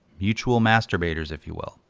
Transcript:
mutual masturbators if you will.